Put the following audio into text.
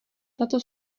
tato